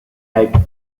type